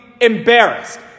embarrassed